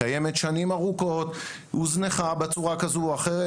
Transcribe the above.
היא קיימת שנים ארוכות והיא הוזנחה בצורה כזו או אחרת,